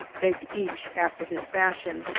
begged, each after his fashion,